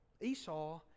Esau